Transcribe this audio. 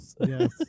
Yes